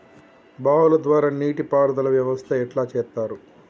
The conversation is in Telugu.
బావుల ద్వారా నీటి పారుదల వ్యవస్థ ఎట్లా చేత్తరు?